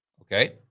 Okay